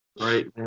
Right